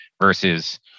versus